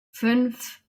fünf